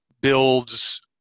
builds